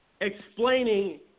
explaining